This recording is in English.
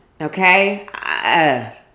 Okay